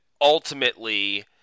ultimately